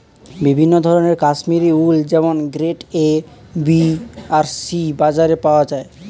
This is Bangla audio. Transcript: বিভিন্ন ধরনের কাশ্মীরি উল যেমন গ্রেড এ, বি আর সি বাজারে পাওয়া যায়